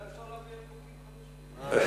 לתיקון סעיפים 10, 49א, 59,